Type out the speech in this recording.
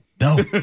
no